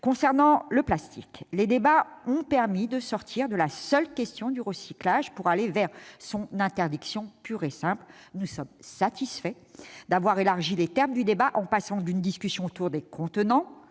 sujet du plastique, les débats ont permis de sortir de la seule problématique du recyclage, pour aller vers une interdiction pure et simple. Nous sommes satisfaits d'avoir pu élargir les termes du débat en passant d'une discussion sur les contenants,